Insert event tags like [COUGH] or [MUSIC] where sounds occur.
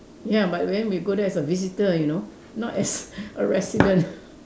ya but then we go there as a visitor you know not as [LAUGHS] a resident